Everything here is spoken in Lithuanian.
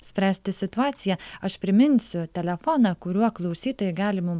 spręsti situaciją aš priminsiu telefoną kuriuo klausytojai gali mum